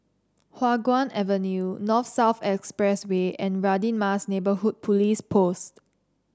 Hua Guan Avenue North South Expressway and Radin Mas Neighbourhood Police Post